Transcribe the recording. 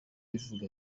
ivuga